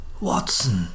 Watson